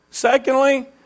Secondly